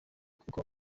kuko